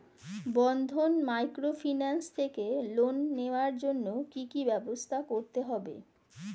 বন্ধন microfinance থেকে loan নেওয়ার জন্য কি কি ব্যবস্থা করতে হবে?